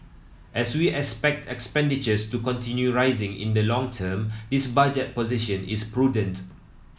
as we expect expenditures to continue rising in the long term this budget position is prudent